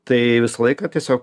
tai visą laiką tiesio